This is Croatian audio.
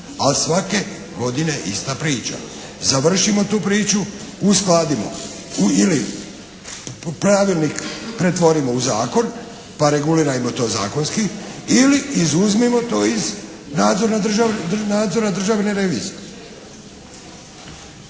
A svake godine ista priča. Završimo tu priču, uskladimo ili pravilnik pretvorimo u zakon pa regulirajmo to zakonski ili izuzmimo to iz nadzora državne revizije.